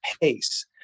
pace